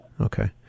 Okay